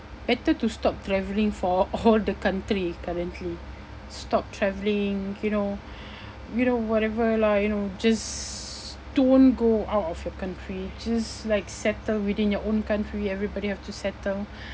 better to stop traveling for all the country currently stop travelling you know you know whatever lah you know just don't go out of your country just like settle within your own country everybody have to settle